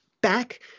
back